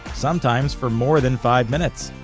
sometimes for more than five minutes.